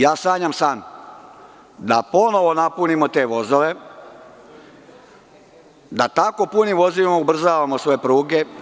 Ja sanjam san da ponovo napunimo te vozove, da tako punim vozovima ubrzavamo svoje pruge.